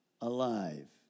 alive